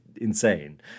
insane